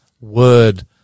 word